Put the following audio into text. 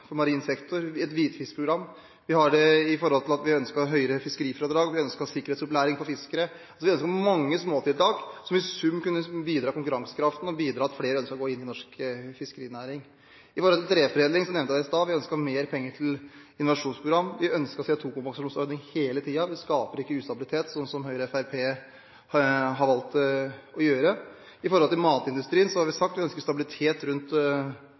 for marin sektor. Vi har det gjennom at vi ønsket høyere fiskerifradrag, vi ønsket sikkerhetsopplæring for fiskere. Vi ønsket mange småtiltak som i sum kunne bidra til konkurransekraften og bidra til at flere ønsket å gå inn i norsk fiskerinæring. Når det gjelder treforedling, nevnte jeg det i sted. Vi ønsket mer penger til innovasjonsprogram. Vi ønsket CO2-kompensasjonsordning hele tiden. Vi skaper ikke ustabilitet slik Høyre og Fremskrittspartiet har valgt å gjøre. Når det gjelder matindustrien, har vi sagt at vi ønsker stabilitet rundt